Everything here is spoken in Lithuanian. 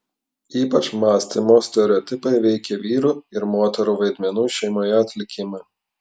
ypač mąstymo stereotipai veikė vyrų ir moterų vaidmenų šeimoje atlikimą